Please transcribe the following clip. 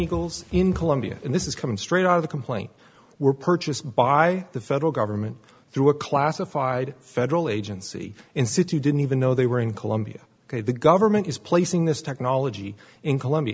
eagles in colombia and this is coming straight out of the complaint were purchased by the federal government through a classified federal agency in city didn't even know they were in colombia ok the government is placing this technology in colombia